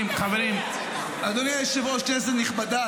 כנסת נכבדה,